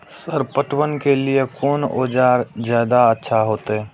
Sir पटवन के लीऐ कोन औजार ज्यादा अच्छा होते?